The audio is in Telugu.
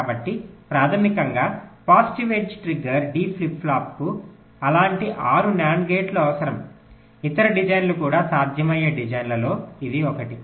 కాబట్టి ప్రాథమికంగా positive edge triggered D flip ఫ్లాప్కు అలాంటి 6 NAND గేట్లు అవసరం ఇతర డిజైన్లు కూడా సాధ్యమయ్యే డిజైన్లలో ఇది ఒకటి